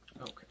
Okay